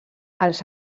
els